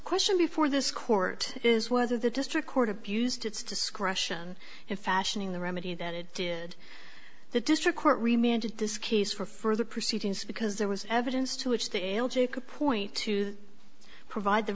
question before this court is whether the district court abused its discretion in fashioning the remedy that it did the district court remained in this case for further proceedings because there was evidence to which the l g could point to to provide the